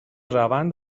روند